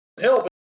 help